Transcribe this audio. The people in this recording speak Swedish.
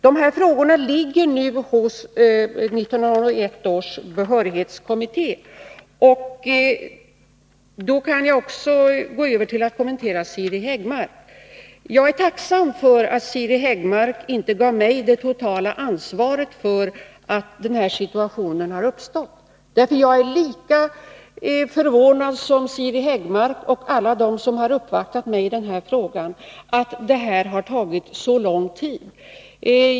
Dessa frågor ligger nu hos 1981 års behörighetskommitté. Jag kan så gå över till att kommentera Siri Häggmarks anförande. Jag är tacksam över att hon inte gav mig det totala ansvaret för att denna situation har uppstått. Jag är lika förvånad som Siri Häggmark och alla de som har uppvaktat mig i denna fråga över att behandlingen har tagit så lång tid.